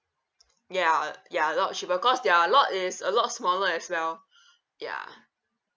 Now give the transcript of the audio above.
ya ya a lot cheaper cause their lot is a lot smaller as well ya